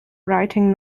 writing